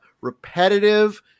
repetitive